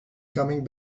coming